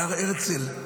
בהר הרצל,